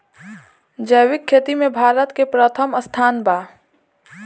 जैविक खेती में भारत के प्रथम स्थान बा